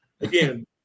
again